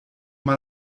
mal